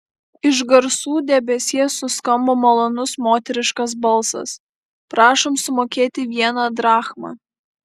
iš garų debesies suskambo malonus moteriškas balsas prašom sumokėti vieną drachmą